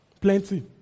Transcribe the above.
Plenty